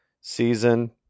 season